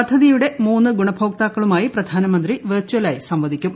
പദ്ധതിയുടെ മൂന്ന് ഗുണഭോക്താക്കളുമായി പ്രധാനമന്ത്രി വിർചലായി സംവദിക്കും